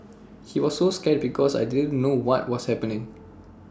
he was so scared because I didn't know what was happening